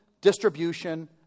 distribution